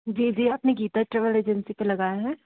जी जी आपने Geeta travel agency पे लगाया है